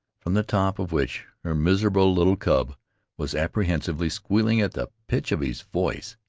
from the top of which her miserable little cub was apprehensively squealing at the pitch of his voice.